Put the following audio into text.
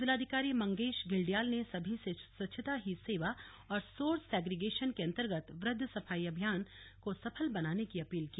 जिलाधिकारी मंगेश घिल्डियाल ने सभी से स्वच्छता ही सेवा और सोर्स सेग्रीगेशन के अन्तर्गत वृहद सफाई अभियान को सफल बनाने की अपील की